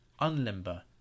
unlimber